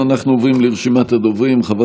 סגן.